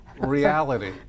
reality